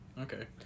Okay